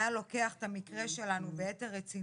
אני חושבת שאם שר הביטחון היה לוקח את המקרה שלנו ביתר רצינות,